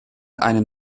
einem